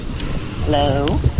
Hello